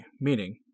meaning